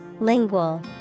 Lingual